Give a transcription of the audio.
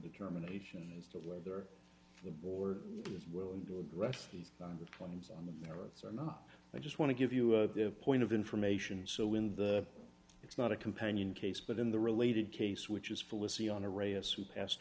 determination as to whether the board is willing to address the funds on the merits or not i just want to give you a point of information so when the it's not a companion case but in the related case which is